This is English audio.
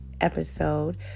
episode